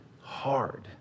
hard